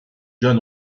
john